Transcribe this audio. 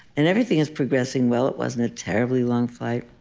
and everything is progressing well it wasn't a terribly long flight.